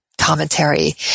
commentary